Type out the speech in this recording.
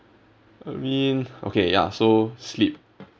I mean okay ya so sleep